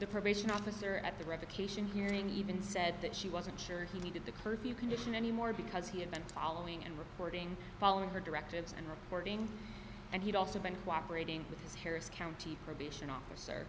the probation officer at the revocation hearing even said that she wasn't sure he needed the curfew condition anymore because he had been talling and reporting following her directives and reporting and he'd also been cooperate with his harris county probation officer